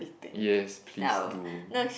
yes please do